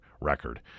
record